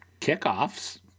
kickoffs